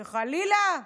שחלילה,